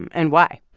and why?